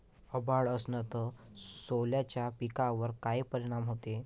अभाळ असन तं सोल्याच्या पिकावर काय परिनाम व्हते?